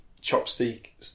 chopstick